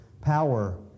power